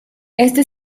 este